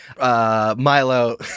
Milo